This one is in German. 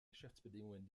geschäftsbedingungen